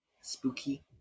spooky